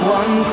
one